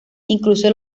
incluso